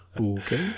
Okay